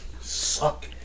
Suck